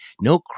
no